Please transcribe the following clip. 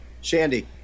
Shandy